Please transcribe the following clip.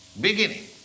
beginning